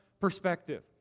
perspective